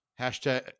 Hashtag